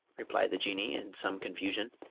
replied the jinnee, in some confusion,